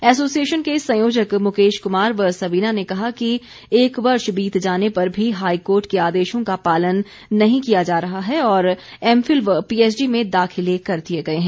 association के संयोजक मुकेश कुमार व सवीना ने कहा कि एक वर्ष बीत जाने पर भी हाईकोर्ट के आदेशों का पालन नहीं किया जा रहा है और एमफिल व पीएचडी में दाखिले कर दिए गए हैं